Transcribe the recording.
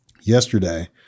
yesterday